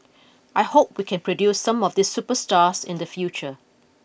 I hope we can produce some of these superstars in the future